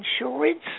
insurance